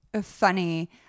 funny